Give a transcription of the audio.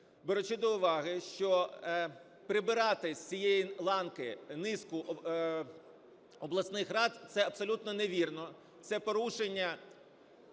беручи до уваги, що прибирати з цієї ланки низку обласних рад – це абсолютно не вірно, це порушення